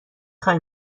خوای